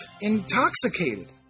intoxicated